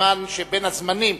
בזמן שבין הזמנים,